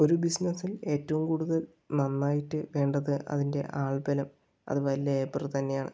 ഒരു ബിസിനസിൽ ഏറ്റവും കൂടുതൽ നന്നായിട്ട് വേണ്ടത് അതിൻ്റെ ആൾബലം അഥവാ ലേബർ തന്നെയാണ്